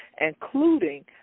including